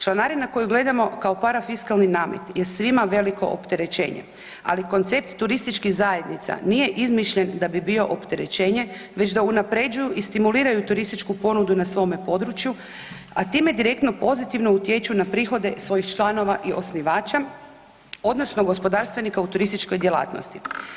Članarina koju gledamo kao parafiskalni namet je svima veliko opterećenje, ali koncept TZ nije izmišljen da bi bio opterećenje već da unapređuju i stimuliraju turističku ponudu na svome području, a time direktno pozitivno utječu na prihode svojih članova i osnivača odnosno gospodarstvenika u turističkoj djelatnosti.